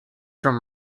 from